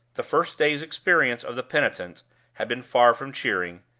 the first day's experience of the penitent had been far from cheering,